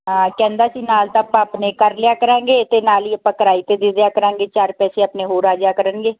ਹਾਂ ਕਹਿੰਦਾ ਸੀ ਨਾਲ ਤਾਂ ਆਪਾਂ ਆਪਣੇ ਕਰ ਲਿਆ ਕਰਾਂਗੇ ਅਤੇ ਨਾਲ ਹੀ ਆਪਾਂ ਕਰਾਏ 'ਤੇ ਦੇ ਦਿਆ ਕਰਾਂਗੇ ਚਾਰ ਪੈਸੇ ਆਪਣੇ ਹੋਰ ਆ ਜਿਆ ਕਰਨਗੇ